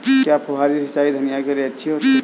क्या फुहारी सिंचाई धनिया के लिए अच्छी होती है?